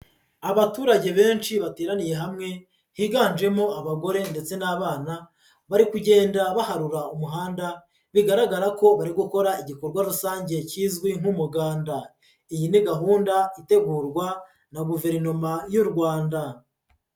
Abaturage benshi bateraniye hamwe, higanjemo abagore ndetse n'abana, bari kugenda baharura umuhanda, bigaragara ko bari gukora igikorwa rusange kizwi nk'umuganda, iyi ni gahunda itegurwa na Guverinoma y'u Rwanda.